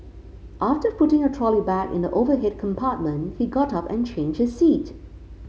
after putting a trolley bag in the overhead compartment he got up and changed his seat